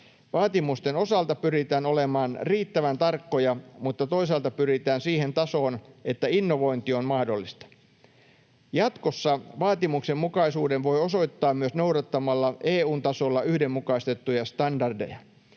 Vaatimusten osalta pyritään olemaan riittävän tarkkoja, mutta toisaalta pyritään siihen tasoon, että innovointi on mahdollista. Jatkossa vaatimuksenmukaisuuden voi osoittaa myös noudattamalla EU:n tasolla yhdenmukaistettuja standardeja.